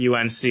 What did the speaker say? UNC –